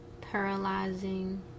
paralyzing